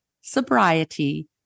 sobriety